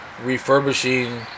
refurbishing